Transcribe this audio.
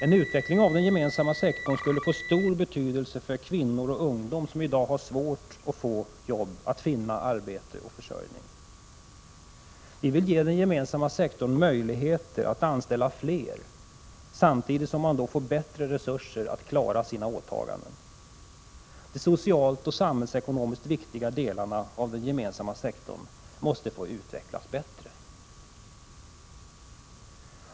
En utveckling av den gemensamma sektorn skulle få stor betydelse för kvinnor och ungdom, som i dag har svårt att få jobb, så att de kan finna arbete och försörjning. Vi vill ge den gemensamma sektorn möjlighet att anställa fler samtidigt som den då får bättre resurser att klara sina åtaganden. De socialt och samhällsekonomiskt viktiga delarna av den gemensamma sektorn måste få utvecklas bättre.